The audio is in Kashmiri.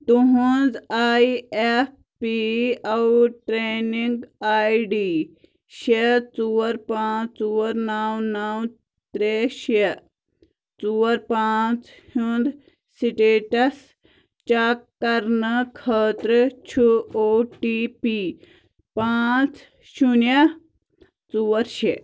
تُہنٛز I F P O training I D شےٚ ژور پانٛژھ ژور نَو نَو ترٛےٚ شےٚ ژور پانٛژھ ہُنٛد سٹیٹس چیٚک کرنہٕ خٲطرٕ چھُ او ٹی پی پاںٛژھ شوٗنیٛہ ژور شےٚ